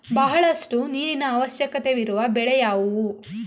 ಬಹಳಷ್ಟು ನೀರಿನ ಅವಶ್ಯಕವಿರುವ ಬೆಳೆ ಯಾವುವು?